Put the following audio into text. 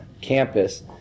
campus